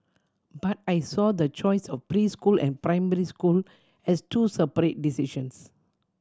but I saw the choice of preschool and primary school as two separate decisions